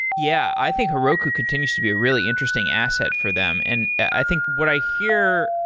yeah. i think heroku continues to be a really interesting asset for them, and i think what i hear,